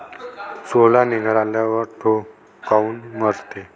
सोला निघाल्यावर थो काऊन मरते?